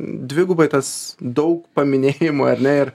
dvigubai tas daug paminėjimų ar ne ir